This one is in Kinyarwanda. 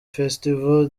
festival